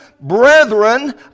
brethren